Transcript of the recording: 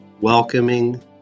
welcoming